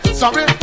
sorry